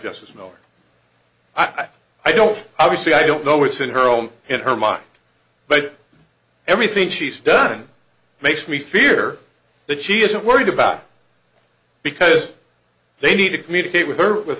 i i i don't obviously i don't know what's in her own in her mind but everything she's done makes me fear that she isn't worried about because they need to communicate with her with